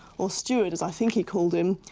or steward, as i think he called him,